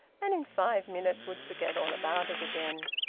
and in five minutes would forget all about it again.